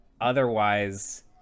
otherwise